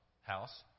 house